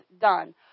done